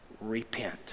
repent